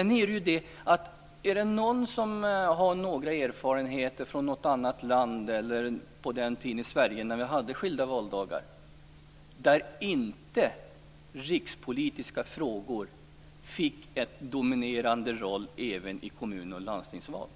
undrar om det är någon som har några erfarenheter från något annat land eller från den tiden i Sverige då vi hade skilda valdagar då rikspolitiska frågor inte fick en dominerande roll även i kommunaloch landstingsval?